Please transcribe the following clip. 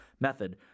method